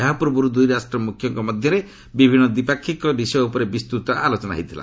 ଏହା ପୂର୍ବରୁ ଦୁଇ ରାଷ୍ଟ୍ର ମୁଖ୍ୟଙ୍କ ମଧ୍ୟରେ ବିଭିନ୍ନ ଦ୍ୱିପାକ୍ଷିକ ବିଷୟ ଉପରେ ବିସ୍ତୃତ ଆଲୋଚନା ହୋଇଥିଲା